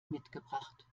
mitgebracht